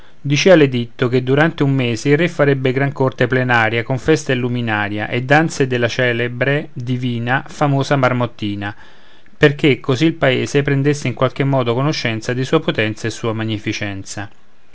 segno dicea l'editto che durante un mese il re farebbe gran corte plenaria con feste e luminaria e danze della celebre divina famosa marmottina perché così il paese prendesse in qualche modo conoscenza di sua potenza e sua magnificenza